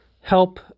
help